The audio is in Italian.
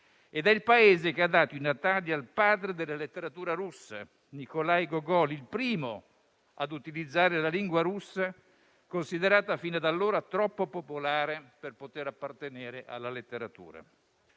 Ed è il Paese che ha dato i natali al padre della letteratura russa Nikolaj Gogol', il primo a utilizzare la lingua russa, considerata fino ad allora troppo popolare per poter appartenere alla letteratura.